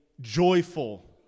joyful